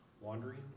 wandering